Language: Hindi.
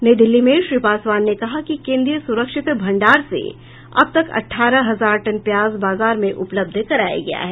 नई दिल्ली में श्री पासवान ने कहा कि केंद्रीय सुरक्षित भंडार से अब तक अठारह हजार टन प्याज बाजार में उपलब्ध कराया गया है